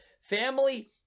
family